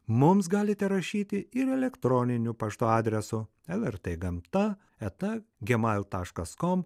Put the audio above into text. mums galite rašyti ir elektroniniu paštu adresu lrt gamta eta gmail taškas kom